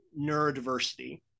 neurodiversity